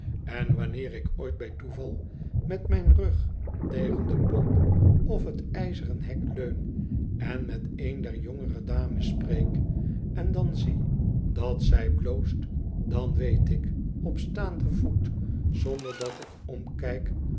en wanneer ik ooit bij toeval met mijn rug tegen de pomp of t ijzeren hek leun en met een der jongere dames spreek en dan zie dat zij bloost dan weet ik op staanden voet zonder dat ik omkijk